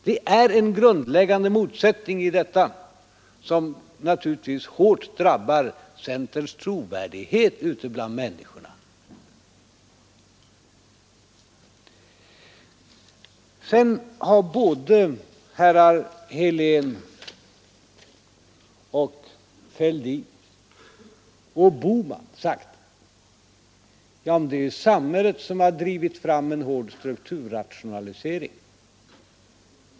Det är en grundläggande motsättning i detta, som naturligtvis hårt drabbar centerns trovärdighet ute bland människorna. Herrar Helén, Fälldin och Bohman påstår att det är samhället som drivit fram en hård strukturrationalisering.